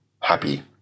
happy